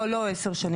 לא לא 10 שנים.